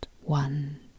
one